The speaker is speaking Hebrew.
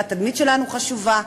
והתדמית שלנו חשובה,